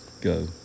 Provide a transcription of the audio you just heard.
go